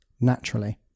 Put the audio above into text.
naturally